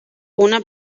una